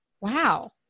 wow